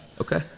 Okay